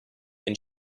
ein